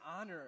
honor